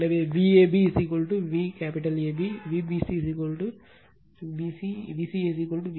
எனவே Vab V AB Vbc BC Vca V